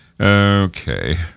Okay